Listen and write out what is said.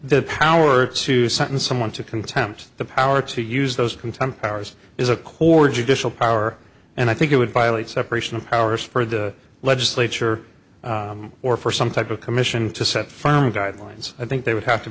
the power to sentence someone to contempt the power to use those contempt ours is a core judicial power and i think it would violate separation of powers for the legislature or for some type of commission to set firm guidelines i think they would have to